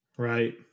Right